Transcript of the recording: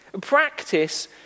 Practice